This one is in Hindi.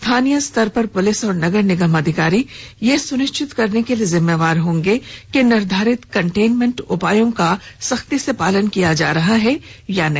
स्थानीय स्तर पर पुलिस और नगर निगम अधिकारी यह सुनिश्चित करने के लिए जिम्मेदार होंगे कि निर्धारित कंटेनमेंट उपायों का सख्ती से पालन किया जा रहा अथवा नहीं